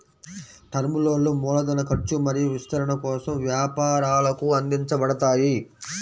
term లోన్లు మూలధన ఖర్చు మరియు విస్తరణ కోసం వ్యాపారాలకు అందించబడతాయి